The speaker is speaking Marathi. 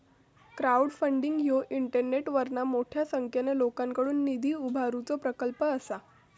क्राउडफंडिंग ह्यो इंटरनेटवरना मोठ्या संख्येन लोकांकडुन निधी उभारुचो प्रकल्प असा